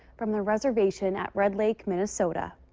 from the reservation at red lake, minnesota.